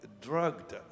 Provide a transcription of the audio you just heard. Drugged